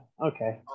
okay